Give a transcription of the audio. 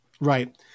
Right